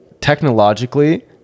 technologically